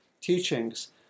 teachings